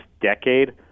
decade